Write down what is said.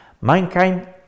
mankind